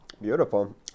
beautiful